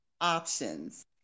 options